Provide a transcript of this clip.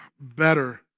better